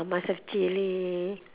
must have chilli